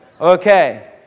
Okay